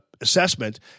assessment